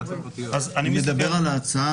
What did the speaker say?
ההצעה